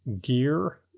gear